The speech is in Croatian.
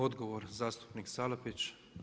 Odgovor zastupnik Salapić.